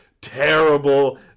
terrible